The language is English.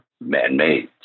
man-made